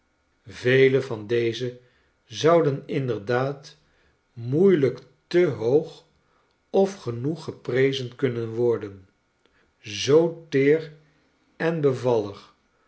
yele van deze zouden inderdaad moeielijk te hoog of genoeg geprezen kunnen worden zoo teer en bevallig